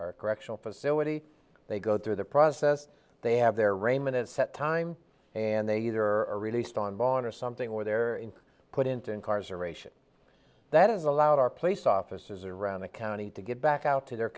r correctional facility they go through the process they have their rainman is set time and they either are released on bond or something or they're put into incarceration that is allowed our place officers around the county to get back out to their